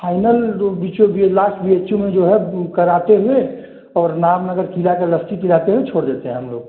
final जो बीचू last BHU में जो है कराते हुए और नामनगर खीरा के लस्सी पिलाते हुए छोड़ देते हम लोग